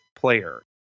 Player